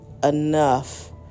enough